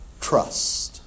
trust